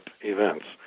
events